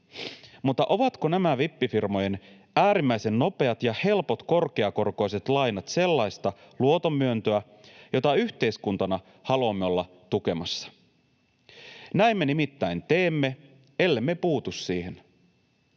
Mutta ovatko nämä vippifirmojen äärimmäisen nopeat ja helpot korkeakorkoiset lainat sellaista luotonmyöntöä, jota yhteiskuntana haluamme olla tukemassa? Näin me nimittäin teemme, ellemme puutu siihen.